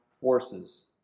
forces